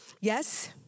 Yes